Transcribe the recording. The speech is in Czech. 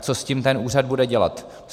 Co s tím ten úřad bude dělat.